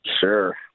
Sure